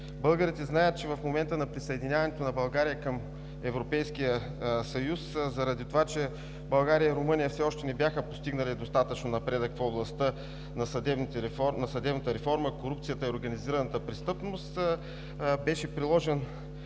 Българите знаят, че от момента на присъединяването на България към Европейския съюз, заради това че България и Румъния все още не бяха постигнали достатъчно напредък в областта на съдебната реформа, корупцията и организираната престъпност, беше създаден